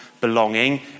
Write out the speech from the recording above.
belonging